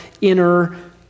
inner